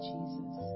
Jesus